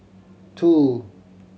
two